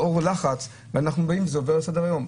לאור לחץ, ואנחנו באים וזה עובר לסדר היום.